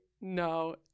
no